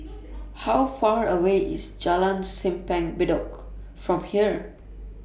How Far away IS Jalan Simpang Bedok from here